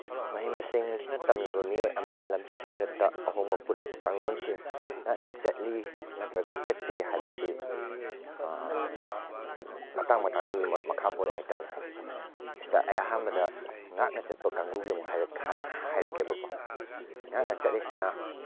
ꯃꯍꯩ ꯃꯁꯤꯡ ꯅꯤꯡꯊꯤꯅ ꯇꯝꯂꯕ ꯃꯤꯑꯣꯏ ꯑꯃꯅ ꯂꯝꯆꯠ ꯁꯥꯖꯠꯇ ꯑꯍꯣꯡꯕ ꯄꯨꯔꯛꯄ ꯀꯥꯡꯂꯣꯟꯁꯤꯡ ꯉꯥꯛꯅ ꯆꯠꯂꯤ ꯅꯠꯇ꯭ꯔꯒ ꯆꯠꯇꯦ ꯍꯥꯏꯕꯁꯤ ꯃꯇꯥꯡ ꯃꯇꯥꯡꯗꯨꯒꯤ ꯃꯈꯥ ꯄꯣꯜꯂꯦ ꯍꯥꯏ ꯇꯥꯔꯦ ꯁꯤꯗ ꯑꯩ ꯑꯍꯥꯟꯕꯗ ꯉꯥꯛꯄ ꯆꯠꯄ ꯀꯥꯡꯒꯨꯗꯒꯤ ꯑꯃꯨꯛ ꯍꯥꯟꯅ ꯍꯥꯏꯔꯛꯀꯦꯕꯀꯣ ꯉꯥꯛꯅ ꯆꯠꯂꯤꯁꯤꯅ